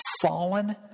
fallen